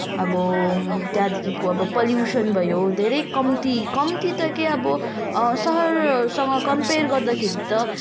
अब त्यहाँदेखिको अब पल्युसन भयो धेरै कम्ती कम्ती त के अब सहरसँग कम्पेयर गर्दाखेरि त